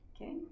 Okay